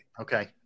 Okay